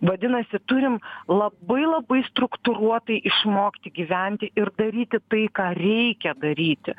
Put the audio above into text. vadinasi turim labai labai struktūruotai išmokti gyventi ir daryti tai ką reikia daryti